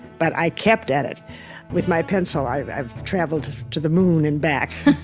but i kept at it with my pencil i've i've traveled to the moon and back.